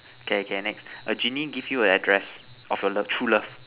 okay okay next a genie give you an address of your love true love